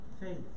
faith